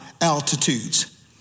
altitudes